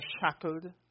shackled